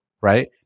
right